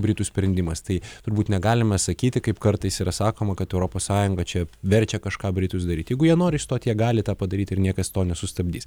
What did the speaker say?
britų sprendimas tai turbūt negalima sakyti kaip kartais yra sakoma kad europos sąjungą čia verčia kažką britus daryti jeigu jie nori išstoti jie gali tą padaryti ir niekas to nesustabdys